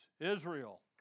Israel